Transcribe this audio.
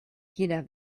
jeder